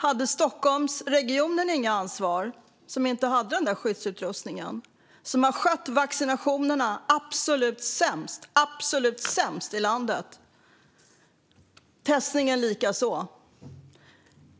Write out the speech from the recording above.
Hade Region Stockholm inget ansvar för att man inte hade skyddsutrustning och för att man skötte testning och vaccinering absolut sämst i landet?